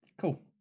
Cool